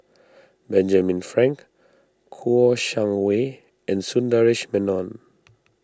Benjamin Frank Kouo Shang Wei and Sundaresh Menon